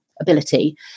ability